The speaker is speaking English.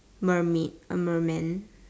mermaid a merman